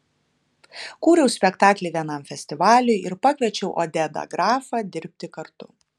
kūriau spektaklį vienam festivaliui ir pakviečiau odedą grafą dirbti kartu